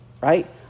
right